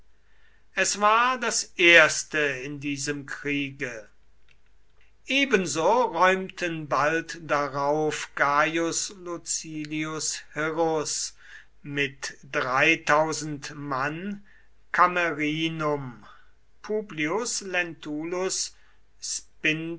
es war das erste in diesem kriege ebenso räumten bald darauf gaius lucilius hirrus mit mann camerinum publius lentulus